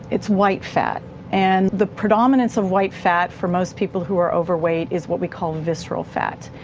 it's white fat and the predominance of white fat for most people who are overweight is what we call visceral fat,